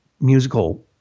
musical